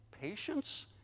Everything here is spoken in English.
patience